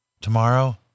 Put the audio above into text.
Tomorrow